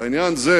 בעניין זה